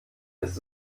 ist